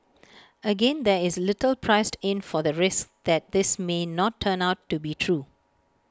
again there is little priced in for the risk that this may not turn out to be true